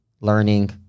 learning